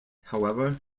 however